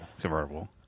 convertible